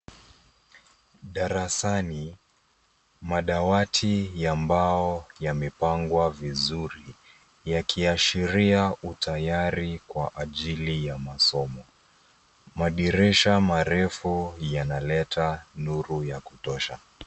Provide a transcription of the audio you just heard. Darasani, madawati ya mbao yamepangwa vizuri yakiashiria utayari kwa ajili ya masomo. Madirisha marefu yanaleta nuru ya kutosha.